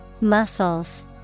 Muscles